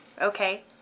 okay